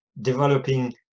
developing